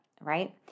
right